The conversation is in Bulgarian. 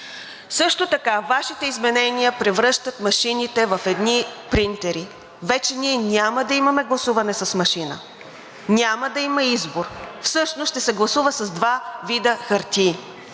друго. Вашите изменения превръщат машините в едни принтери. Вече ние няма да имаме гласуване с машина. Няма да има избор. Всъщност ще се гласува с два вида хартии.